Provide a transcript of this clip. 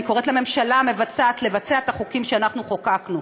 אני קוראת לממשלה המבצעת לבצע את החוקים שאנחנו חוקקנו.